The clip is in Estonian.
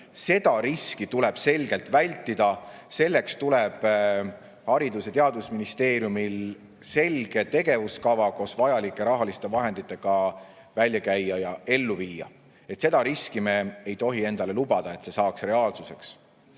Seda riski tuleb selgelt vältida. Selleks tuleb Haridus- ja Teadusministeeriumil selge tegevuskava koos vajalike rahaliste vahenditega välja käia ja ellu viia. Seda riski, et see saaks reaalsuseks,